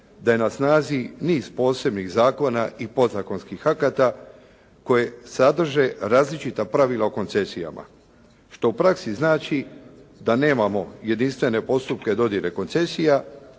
da je na snazi niz posebnih zakona i podzakonskih akata koje sadrže različita pravila o koncesijama što u praksi znači da nemamo jedinstvene postupke dodjele koncesija